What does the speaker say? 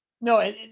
No